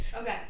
Okay